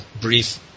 brief